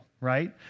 right